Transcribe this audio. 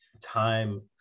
time